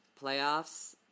playoffs